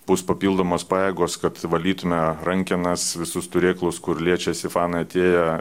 bus papildomos pajėgos kad valytume rankenas visus turėklus kur liečiasi fanai atėję